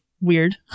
weird